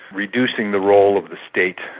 reducing the role of the state.